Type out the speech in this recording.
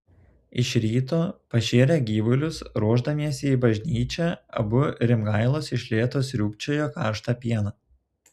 iš ryto pašėrę gyvulius ruošdamiesi į bažnyčią abu rimgailos iš lėto sriūbčiojo karštą pieną